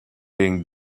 being